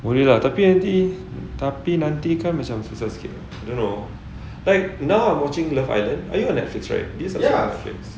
boleh lah tapi nanti tapi nanti kan macam susah sikit I don't know like now I'm watching love island are you on Netflix right do you subscribe Netflix